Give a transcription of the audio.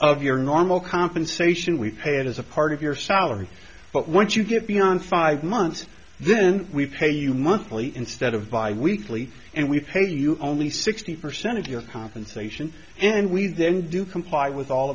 of your normal compensation we pay it as a part of your salary but once you get beyond five months then we pay you monthly instead of by weekly and we pay you only sixty percent of your compensation and we then do comply with all